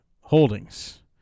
holdings